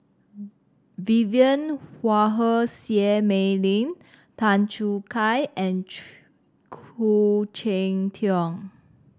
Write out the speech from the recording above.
Vivien Quahe Seah Mei Lin Tan Choo Kai and Khoo Cheng Tiong